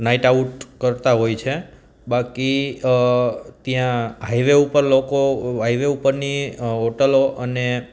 night out કરતા હોય છે બાકી ત્યાં હાઇવે ઉપર લોકો હાઇવે ઉપરની હોટલો અને